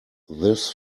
this